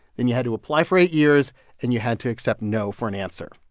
then you had to apply for eight years and you had to accept no for an answer.